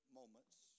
moments